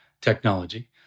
technology